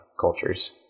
cultures